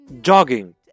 jogging